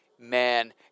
Man